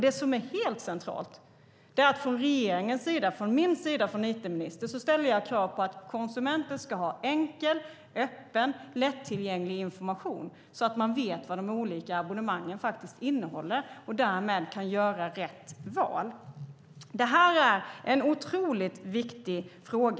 Det som är helt centralt från regeringens sida och från min sida som it-minister är att jag ställer krav på att konsumenten ska ha enkel, öppen och lättillgänglig information så att man vet vad de olika abonnemangen innehåller och därmed kan göra rätt val. Det här är en otroligt viktig fråga.